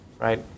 right